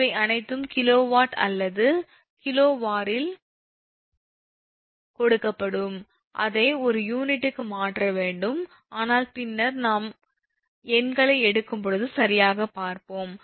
இவை அனைத்தும் கிலோவாட் மற்றும் கிலோவாரில் கொடுக்கப்படும் அதை ஒரு யூனிட்டுக்கு மாற்ற வேண்டும் ஆனால் பின்னர் நாம் எண்களை எடுக்கும் போது சரியாக பார்ப்போம்